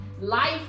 Life